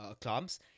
clubs